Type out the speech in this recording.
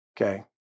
Okay